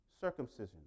circumcision